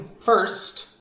First